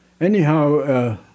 Anyhow